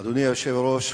אדוני היושב-ראש,